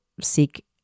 seek